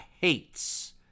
hates